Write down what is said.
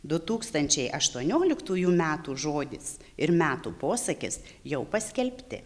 du tūkstančiai aštuonioliktųjų metų žodis ir metų posakis jau paskelbti